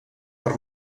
per